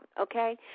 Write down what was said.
okay